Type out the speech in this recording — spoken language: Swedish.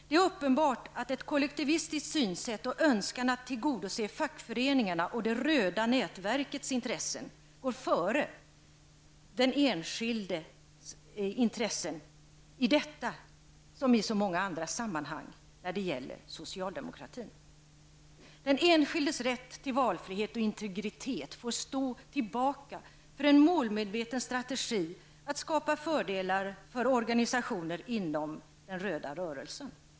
Det är uppenbart att ett kollektivistiskt synsätt och en önskan att tillgodose fackföreningarnas och det röda nätverkets intressen går före den enskildes intressen i detta som i så många andra sammanhang när det gäller socialdemokraterna. Den enskildes rätt till valfrihet och integritet får stå tillbaka för en målmedveten strategi att skapa fördelar för organisationer inom den röda rörelsen.